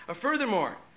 Furthermore